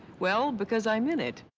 well because i'm in it.